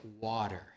water